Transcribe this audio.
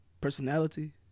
personality